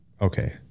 okay